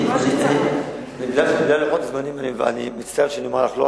מכיוון שאני מוגבל בלוחות הזמנים אני מצטער שאני אומר לך לא.